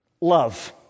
Love